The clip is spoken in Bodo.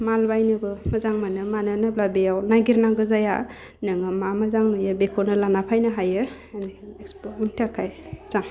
माल बायनोबो मोजां मोनो मानो होनबा बेयाव नागिरनांगौ जाया नोङो मा मोजां मोनो बेखौनो लाना फैनो हायो इक्सप'वाव बिनि थाखाय मोजां